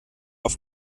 auf